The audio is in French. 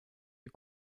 est